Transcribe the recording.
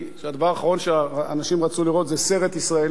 שהדבר האחרון שאנשים רצו לראות זה סרט ישראלי,